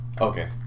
okay